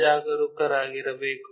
ಜಾಗರೂಕರಾಗಿರಬೇಕು